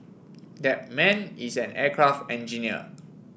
that man is an aircraft engineer